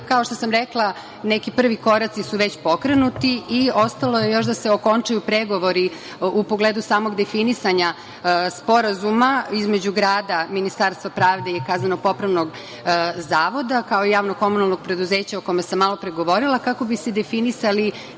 što sam rekla, neki prvi koraci su već pokrenuti i ostalo je još da se okončaju pregovori u pogledu samog definisanja Sporazuma između grada, Ministarstva pravde i kazneno-popravnog zavoda, kao i javno komunalnog preduzeća o kome sam malopre govorila kako bi se definisali svi